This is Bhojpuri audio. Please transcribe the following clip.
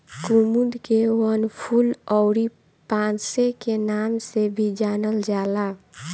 कुमुद के वनफूल अउरी पांसे के नाम से भी जानल जाला